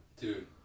Dude